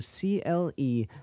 CLE